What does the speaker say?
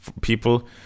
people